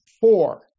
four